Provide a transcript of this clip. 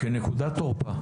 כנקודת תורפה.